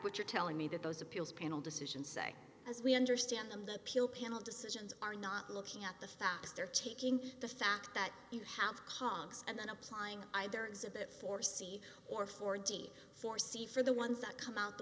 what you're telling me that those appeals panel decision say as we understand them the appeal panel decisions are not looking at the facts they're taking the fact that you have hogs and then applying either exhibit four c or four d for c for the ones that come out the